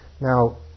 Now